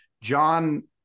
John